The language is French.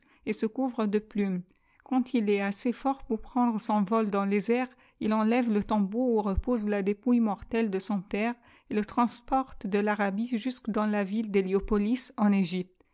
et se couvre de plumes quand il est assez fort pour prendre son vol dans les airs il enlève le tombeau où repose la dépouille mortelle de son père et le transporte de l'arabijusque dans la ville d'héliopolis en egypte